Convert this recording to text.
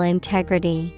Integrity